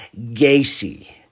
Gacy